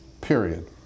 period